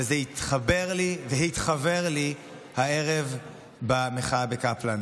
וזה התחבר לי והתחוור לי הערב במחאה בקפלן.